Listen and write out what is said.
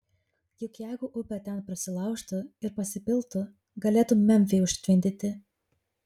juk jeigu upė ten prasilaužtų ir pasipiltų galėtų memfį užtvindyti